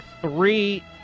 three